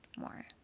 more